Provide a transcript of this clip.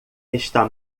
está